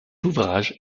ouvrage